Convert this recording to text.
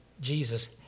Jesus